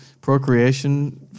procreation